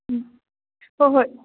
ꯎꯝ ꯍꯣꯏ ꯍꯣꯏ